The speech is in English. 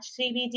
CBD